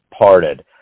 parted